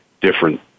different